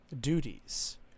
duties